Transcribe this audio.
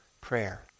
prayer